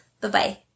Bye-bye